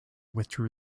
withdrew